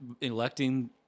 electing